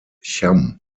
cham